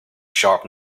sharp